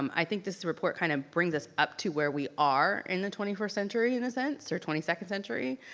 um i think this report kind of brings us up to where we are in the twenty first century in a sense, or twenty second century,